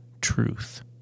truth